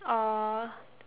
or